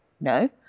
no